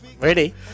Ready